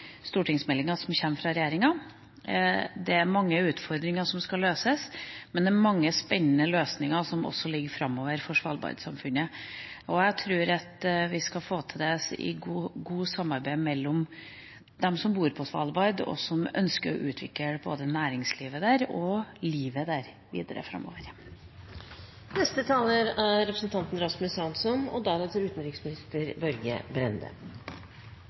stortingsmeldinga som kommer fra regjeringa. Det er mange utfordringer som skal løses, men det er også mange spennende løsninger som ligger framover for svalbardsamfunnet. Jeg tror at vi skal få til det i godt samarbeid med dem som bor på Svalbard, og som ønsker å utvikle både næringslivet og livet der videre framover. Bakgrunnen for dagens debatt er